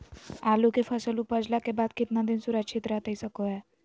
आलू के फसल उपजला के बाद कितना दिन सुरक्षित रहतई सको हय?